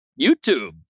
YouTube